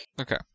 Okay